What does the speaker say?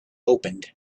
opened